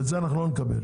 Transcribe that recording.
מקובל